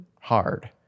hard